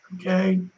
okay